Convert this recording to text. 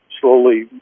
slowly